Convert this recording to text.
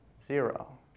Zero